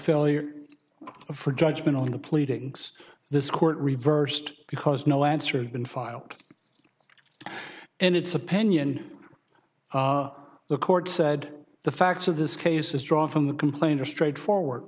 failure for judgment on the pleadings this court reversed because no answer had been filed and it's opinion the court said the facts of this case is drawn from the complaint a straightforward